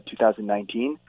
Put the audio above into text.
2019